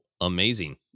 amazing